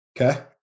okay